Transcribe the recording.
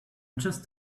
just